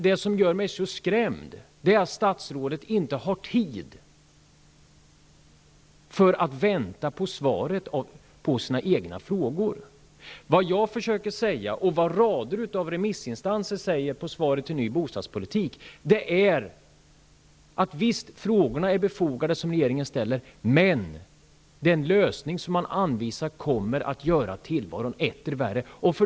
Det som gör mig så skrämd är att statsrådet inte har tid att vänta på svaret på sina egna frågor. Vad jag försöker säga, och vad rader av remissinstanser säger, beträffande den nya bostadspolitiken är att regeringens frågor visst är befogade men att den lösning som anvisas kommer att göra tillvaron etter värre.